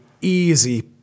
easy